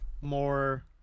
more